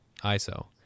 ISO